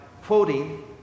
quoting